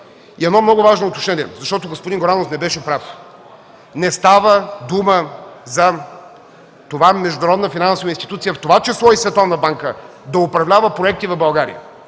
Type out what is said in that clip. Едно много важно уточнение, защото господин Горанов не беше прав. Не става дума международна финансова институция, в това число и Световната банка да управлява проекти в България.